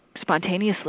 spontaneously